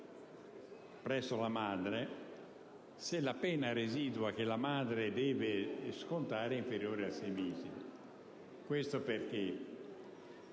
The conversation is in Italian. dei sei anni se la pena residua che la madre deve scontare è inferiore a sei mesi. Questo perché